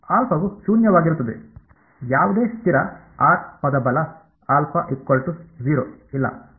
ಅಲ್ಫಾವು ಶೂನ್ಯವಾಗಿರುತ್ತದೆ ಯಾವುದೇ ಸ್ಥಿರ r ಪದ ಬಲ ಇಲ್ಲ